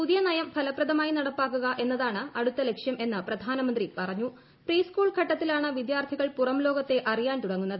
പുതിയ നയം ഫലപ്രദമായി നടപ്പാക്കുക ് എന്നതാണ് അടുത്ത ലക്ഷ്യം എന്ന് പ്രധാനമന്ത്രി പറഞ്ഞുപ്പിട്ടസ്കൂൾ ഘട്ടത്തിലാണ് വിദ്യാർത്ഥികൾ പുറം ലോകത്തെ അ്റിയാൻ തുടങ്ങുന്നത്